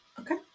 Okay